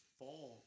fall